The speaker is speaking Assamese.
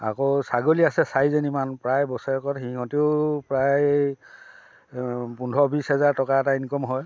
আকৌ ছাগলী আছে চাৰিজনীমান প্ৰায় বছৰেকত সিহঁতেও প্ৰায় পোন্ধৰ বিছ হেজাৰ টকা এটা ইনকম হয়